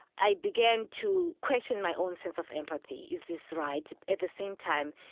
i began to question my own sense of empathy. is this right? at the same time,